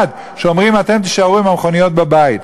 שאומרים: אתם תישארו עם המכוניות בבית.